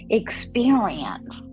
experience